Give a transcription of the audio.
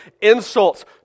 insults